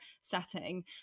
setting